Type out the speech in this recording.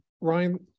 Ryan